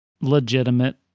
legitimate